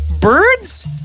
Birds